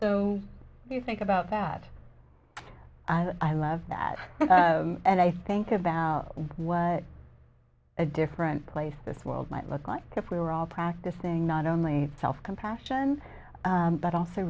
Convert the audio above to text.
if you think about that i love that and i think about what a different place this world might look like if we were all practicing not only self compassion but also